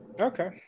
Okay